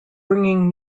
bringing